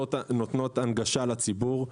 נותנות הנגשה לציבור,